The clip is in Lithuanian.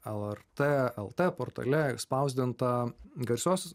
lrt lt portale išspausdintą garsios